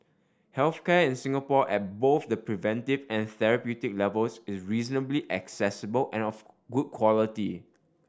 health care in Singapore at both the preventive and therapeutic levels is reasonably accessible and of good quality